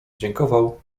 dziękował